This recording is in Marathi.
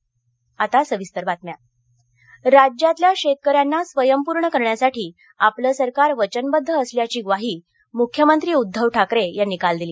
मुख्यमंत्री राज्यातल्या शेतकऱ्यांना स्वयंपूर्ण करण्यासाठी आपलं सरकार वचनबद्ध असल्याची ग्वाही मुख्यमंत्री उद्धव ठाकरे यांनी काल दिली